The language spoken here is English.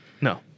no